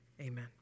Amen